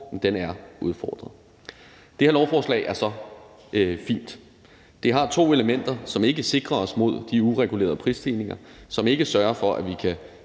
kår, er udfordret. Det her lovforslag er så fint. Det har to elementer, som ikke sikrer os mod de uregulerede prisstigninger, som ikke sørger for, at vi kan